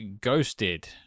Ghosted